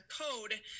code